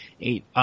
eight